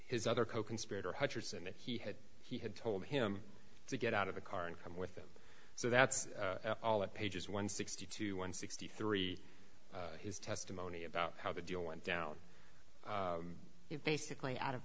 that he had he had told him to get out of the car and come with them so that's all of pages one sixty two one sixty three his testimony about how the deal went down it basically out of